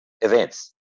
events